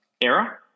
era